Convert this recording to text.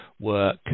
work